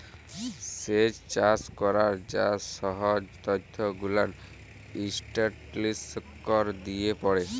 স্যেচ চাষ ক্যরার যা সহব ত্যথ গুলান ইসট্যাটিসটিকস দিয়ে পড়ে